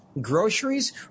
groceries